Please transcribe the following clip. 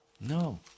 No